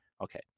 Okay